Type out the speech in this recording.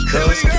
Cause